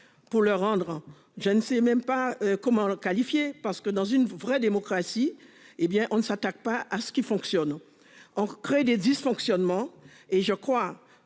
pour le rendre, je ne sais même pas comment le qualifier, parce que dans une vraie démocratie, hé bien on ne s'attaque pas à ce qui fonctionne, on crée des dysfonctionnements. Et je crois